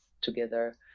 together